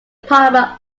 department